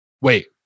Wait